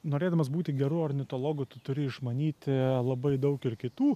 norėdamas būti geru ornitologu tu turi išmanyti labai daug ir kitų